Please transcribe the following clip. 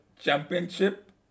championship